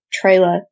trailer